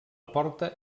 porta